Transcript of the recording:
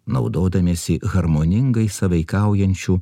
naudodamiesi harmoningai sąveikaujančių